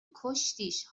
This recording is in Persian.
کشتیش